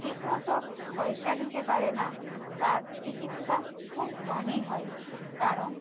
ঠিক মতো পয়সা দিতে পারে না তার চিকিৎসা খুব কমই হয় কারণ